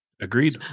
Agreed